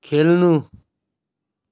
खेल्नु